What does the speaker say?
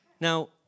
Now